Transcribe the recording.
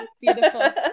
beautiful